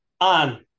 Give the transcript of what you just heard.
on